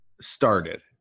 started